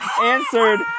answered